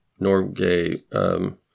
Norgay